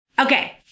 Okay